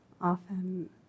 Often